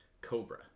Cobra